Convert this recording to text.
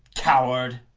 coward!